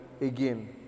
again